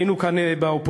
היינו כאן באופוזיציה,